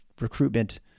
recruitment